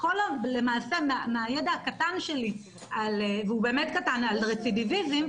למעשה מהידע הקטן שלי והוא באמת קטן על רצידיביזם,